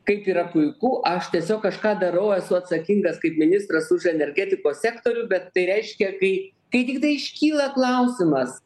kaip yra puiku aš tiesiog kažką darau esu atsakingas kaip ministras už energetikos sektorių bet tai reiškia kai kai tiktai iškyla klausimas